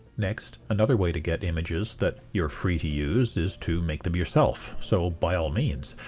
next, another way to get images that you're free to use is to make them yourself. so, by all means,